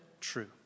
true